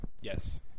yes